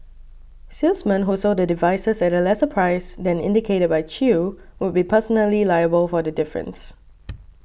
salesmen who sold the devices at a lesser price than indicated by Chew would be personally liable for the difference